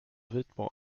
vêtement